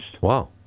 Wow